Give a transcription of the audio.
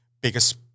biggest